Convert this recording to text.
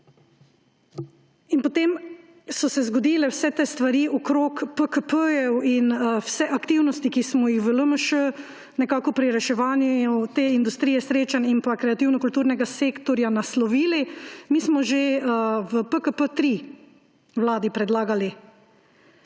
In potem so se zgodile vse te stvari okoli PKP in vse aktivnosti, ki smo jih v LMŠ nekako pri reševanju te industrije srečanj in kreativno kulturnega sektorja naslovili. Mi smo že v PKP 3 Vladi predlagali,